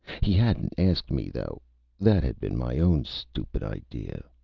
he hadn't asked me, though that had been my own stupid idea.